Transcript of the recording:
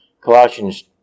Colossians